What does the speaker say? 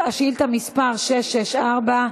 שאילתה מס' 664: